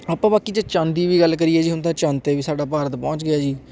ਆਪਾਂ ਬਾਕੀ ਜੇ ਚੰਦ ਦੀ ਵੀ ਗੱਲ ਕਰੀਏ ਜੀ ਹੁਣ ਤਾਂ ਚੰਦ 'ਤੇ ਵੀ ਸਾਡਾ ਭਾਰਤ ਪਹੁੰਚ ਗਿਆ ਜੀ